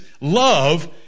love